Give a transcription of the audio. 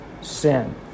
sin